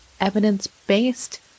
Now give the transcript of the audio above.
evidence-based